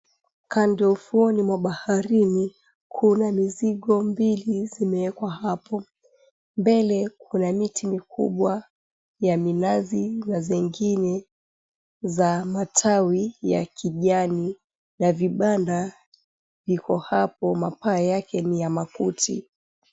Kando ufukoni mwa baharini kuna mizigo mbili zimewekwa hapo. Mbele kuna miti mikubwa ya minazi na zengine za matawi ya kijani, na vibanda viko hapo, mapaa yake ni ya makuti.